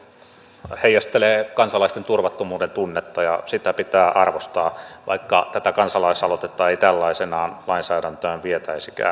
on selvää että tämä kansalaisaloite heijastelee kansalaisten turvattomuuden tunnetta ja sitä pitää arvostaa vaikka tätä kansalaisaloitetta ei tällaisenaan lainsäädäntöön vietäisikään